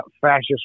fascist